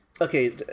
Okay